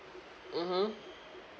mmhmm